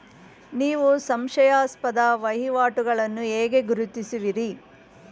ನೀವು ಸಂಶಯಾಸ್ಪದ ವಹಿವಾಟುಗಳನ್ನು ಹೇಗೆ ಗುರುತಿಸುವಿರಿ?